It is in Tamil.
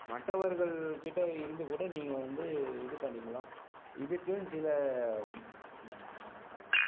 மற்றவர்கள்கிட்ட இருந்து கூட நீங்கள் வந்து இது பண்ணிக்கிலாம் இதுக்குன்னு சில